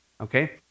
Okay